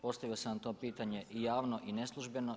Postavio sam vam to pitanje i javno i neslužbeno.